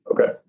Okay